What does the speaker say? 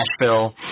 Nashville